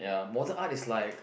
ya modern art is like